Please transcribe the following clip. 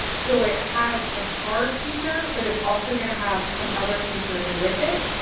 so it has a card feature, but it's also going to have some other features with it.